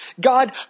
God